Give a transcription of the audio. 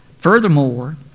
Furthermore